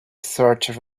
search